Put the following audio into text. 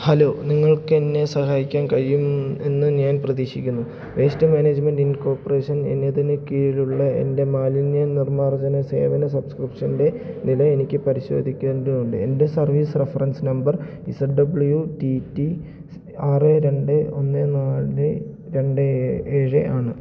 hello നിങ്ങൾക്കെന്നെ സഹായിക്കാൻ കഴിയുമെന്ന് ഞാൻ പ്രതീക്ഷിക്കുന്നു വേസ്റ്റ് മാനേജ്മെൻറ്റ് കോര്പ്പറേഷൻ എന്നതിന് കീഴിലുള്ള എൻ്റെ മാലിന്യനിർമാർജന സേവന സബ്സ്ക്രിപ്ഷൻ്റെ നില എനിക്ക് പരിശോധിക്കേണ്ടതുണ്ട് എൻ്റെ service reference number Z W T T ആറ് രണ്ട് ഒന്ന് നാല് രണ്ട് ഏഴാണ്